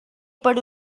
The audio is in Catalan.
per